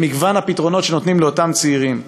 את מגוון הפתרונות שנותנים לאותם הצעירים.